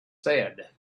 said